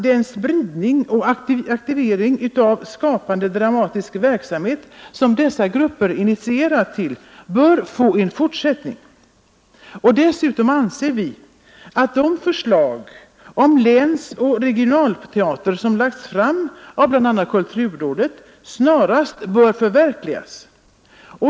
Den spridning av och aktivering till skapande dramatisk verksamhet som dessa grupper initierat bör få en fortsättning. Dessutom anser vi att de förslag om länsoch regionalteater som lagts fram av bl.a. kulturrådet snarast bör förverkligas.